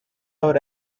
our